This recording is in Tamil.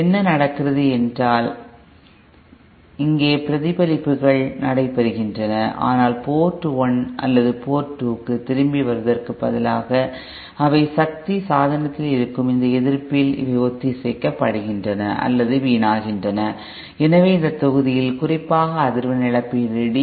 என்ன நடக்கிறது என்றால் இங்கே பிரதிபலிப்புகள் நடைபெறுகின்றன ஆனால் போர்ட் 1 அல்லது போர்ட் 2 க்கு திரும்பி வருவதற்கு பதிலாக அவை சக்தி சாதனத்தில் இருக்கும் இந்த எதிர்ப்பில் இவை ஒத்திசைக்கப்படுகின்றன அல்லது வீணாகின்றன எனவே இந்த தொகுதியில் குறிப்பாக அதிர்வெண் இழப்பீடு டி